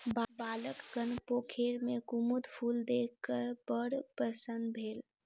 बालकगण पोखैर में कुमुद फूल देख क बड़ प्रसन्न भेल